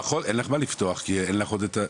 אין לך מה לפתוח כי אין לך עוד תקציב,